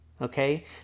Okay